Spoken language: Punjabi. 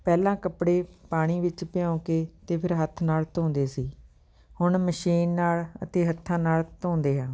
ਪਹਿਲਾਂ ਕੱਪੜੇ ਪਾਣੀ ਵਿੱਚ ਭਿਉਂ ਕੇ ਅਤੇ ਫਿਰ ਹੱਥ ਨਾਲ ਧੋਂਦੇ ਸੀ ਹੁਣ ਮਸ਼ੀਨ ਨਾਲ ਅਤੇ ਹੱਥਾਂ ਨਾਲ ਧੋਂਦੇ ਹਾਂ